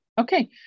Okay